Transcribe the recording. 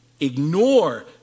Ignore